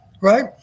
right